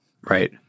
Right